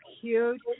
cute